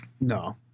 No